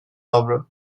avro